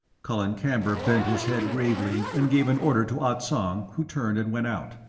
colin camber bent his head gravely, and gave an order to ah tsong, who turned and went out.